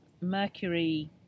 Mercury